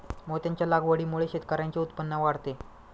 मोत्यांच्या लागवडीमुळे शेतकऱ्यांचे उत्पन्न वाढते